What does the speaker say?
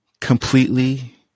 completely